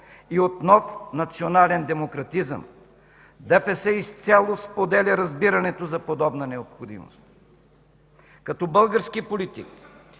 и от нов национален демократизъм. ДПС изцяло споделя разбирането за подобна необходимост. Като български политик